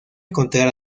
encontrar